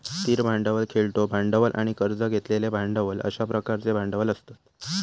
स्थिर भांडवल, खेळतो भांडवल आणि कर्ज घेतलेले भांडवल अश्या प्रकारचे भांडवल असतत